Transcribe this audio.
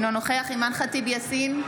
אינו נוכח אימאן ח'טיב יאסין,